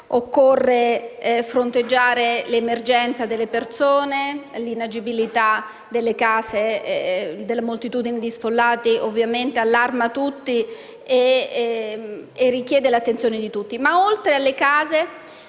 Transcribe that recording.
occorre fronteggiare l’emergenza delle persone e l’inagibilità delle case. La moltitudine di sfollati ovviamente allarma e richiede l’attenzione di tutti.